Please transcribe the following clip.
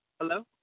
Hello